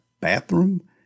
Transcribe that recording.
bathroom